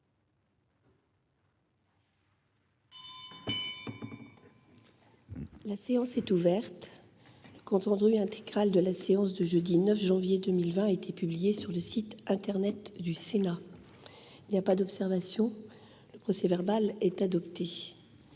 La séance est ouverte. Le compte rendu intégral de la séance du jeudi 9 janvier 2020 a été publié sur le site internet du Sénat. Il n'y a pas d'observation ?... Le procès-verbal est adopté.